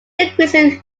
decreases